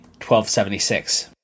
1276